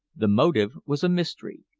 the motive was a mystery,